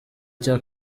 cya